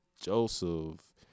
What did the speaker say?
Joseph